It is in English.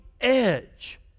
edge